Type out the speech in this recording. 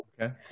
Okay